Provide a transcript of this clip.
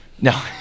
no